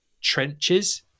trenches